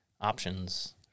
options